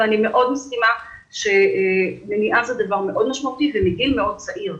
ואני מסכימה מאוד שמניעה זה דבר משמעותי מאוד ומגיל צעיר מאוד.